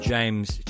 James